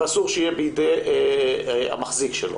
ואסור שיהיה בידי המחזיק שלו.